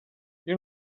you